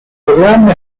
programma